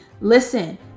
listen